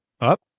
up